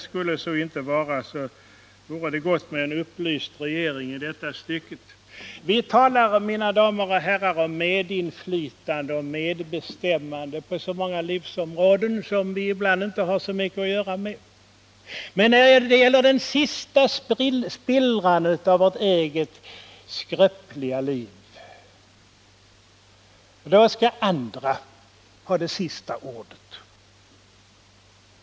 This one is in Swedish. Skulle så inte vara, vore det gott med en upplyst regering i detta stycke. Vi talar, mina damer och herrar, om medinflytande och medbestämmande på många livsområden som vi ibland inte har så mycket att göra med. Men när det gäller den sista spillran av vårt eget skröpliga liv, då skall andra ha det sista ordet.